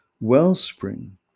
wellspring